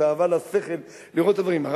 תאווה לשכל לראות את הדברים.